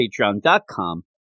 patreon.com